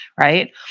right